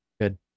Good